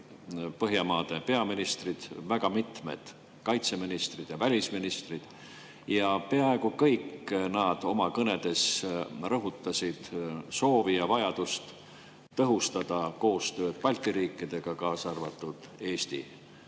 Põhjamaade peaministrid, väga mitmed kaitseministrid ja välisministrid. Ja peaaegu kõik nad oma kõnedes rõhutasid soovi ja vajadust tõhustada koostööd Balti riikidega, kaasa arvatud Eesti